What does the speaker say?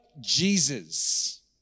Jesus